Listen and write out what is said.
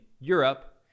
Europe